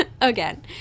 again